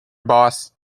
boss